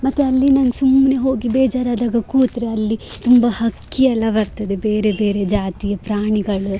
ಮತ್ತು ಅಲ್ಲಿ ನಾನು ಸುಮ್ಮನೆ ಹೋಗಿ ಬೇಜರಾದಾಗ ಕೂತರೆ ಅಲ್ಲಿ ತುಂಬ ಹಕ್ಕಿಯೆಲ್ಲ ಬರ್ತದೆ ಬೇರೆ ಬೇರೆ ಜಾತಿಯ ಪ್ರಾಣಿಗಳು